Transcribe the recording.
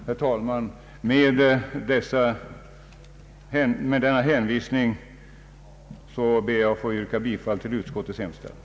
Herr talman, med detta ber jag att få yrka bifall till utskottets hemställan.